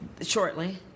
Shortly